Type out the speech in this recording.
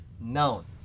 known